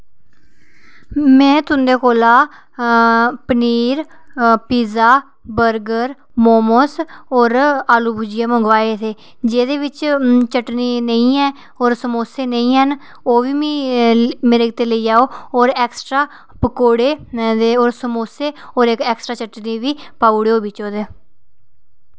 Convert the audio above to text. में तुं'दे कोला पनीर पिज्जा बर्गर मोमोज़ होर आलू भुजिया मंगवाये थे जेह्दे बिच चटनी नेईं ऐ होर समोसे नेईं हैन ओह्बी मेरे गित्तै लेई आओ होर एक्सट्रा पकौड़े ते होर समोसे ओह् जेह्की एक्सट्रा चटनी बी बिच पाई ओड़ेओ ओह्दे